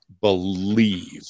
believe